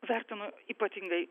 vertinu ypatingai